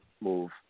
move